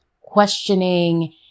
questioning